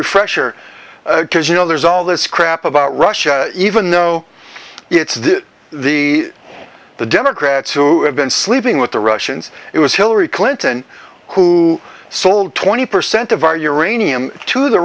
refresher course you know there's all this crap about russia even though it's the the democrats who have been sleeping with the russians it was hillary clinton who sold twenty percent of our